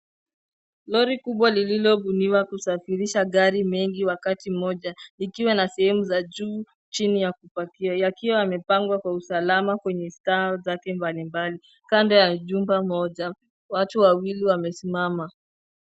Lori kubwa lililobuniwa kusafirisha gari mengi wakati mmoja likiwa na sehemu za juu, chini ya kupakia, yakiwa yamepangwa kwa usalama kwenye sta zake mbalimbali. Kando ya jumba moja, watu wawili wamesimama.